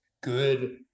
good